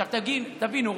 עכשיו תבינו,